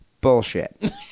Bullshit